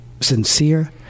sincere